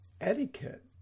etiquette